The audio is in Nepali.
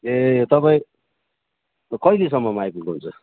ए तपाईँ कहिलेसम्ममा आइपुग्नुहुन्छ